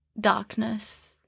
darkness